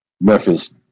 Memphis